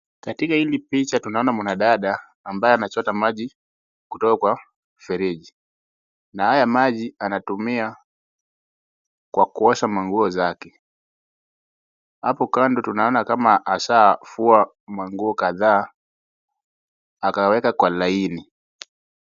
Katika hili picha tunaona mwanadada ambaye anachoja maji kutoka kwa mfereji, na haya maji anatumia kwa kuosha manguo zake, hapo kando tunaona kama ashafua kadhaa akaweka kwa laini.